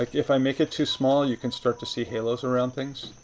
like if i make it too small, you can start to see halos around things.